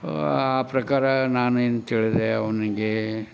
ಆ ಪ್ರಕಾರ ನಾನು ಏನಂತೇಳಿದೆ ಅವ್ನಿಗೆ